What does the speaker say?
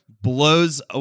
blows